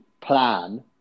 plan